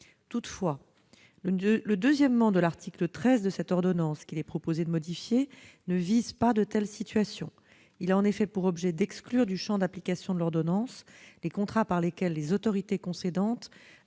Toutefois, le 2° de l'article 13 de l'ordonnance qu'il est proposé de modifier ne vise pas de telles situations. Il a pour objet d'exclure du champ d'application de l'ordonnance les contrats par lesquels les autorités concédantes